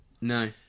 No